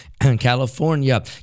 california